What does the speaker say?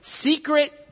secret